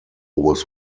was